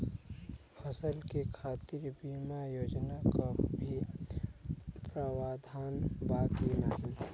फसल के खातीर बिमा योजना क भी प्रवाधान बा की नाही?